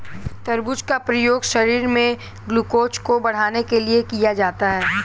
तरबूज का प्रयोग शरीर में ग्लूकोज़ को बढ़ाने के लिए किया जाता है